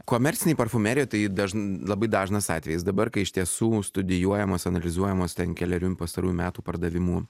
komercinė parfumerija tai dažnai labai dažnas atvejis dabar kai iš tiesų studijuojamas analizuojamas ten kelerių pastarųjų metų pardavimų